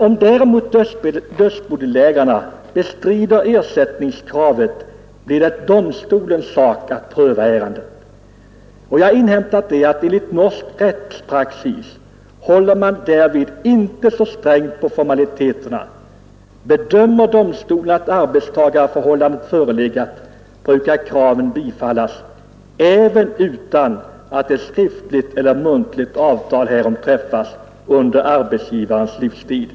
Om dödsbodelägarna bestrider ersättningskravet, blir det domstolens sak att pröva ärendet. Enligt norsk rättspraxis håller man inte så strängt på formaliteterna. Bedömer domstolen att ett arbetstagarförhållande förelegat, brukar kraven bifallas även om skriftligt eller muntligt avtal härom inte träffats under arbetsgivarens livstid.